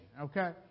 okay